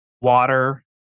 water